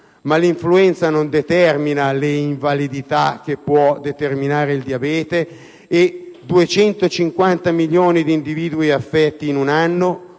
ma l'influenza non determina le invalidità che può determinare il diabete, e 250 milioni di individui affetti in un anno